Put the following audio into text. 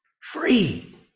Free